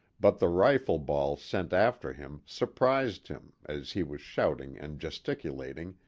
but the rifle ball sent after him surprised him as he was shouting and gesticulating,